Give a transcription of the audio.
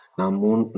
namun